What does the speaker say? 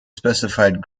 specified